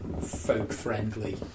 folk-friendly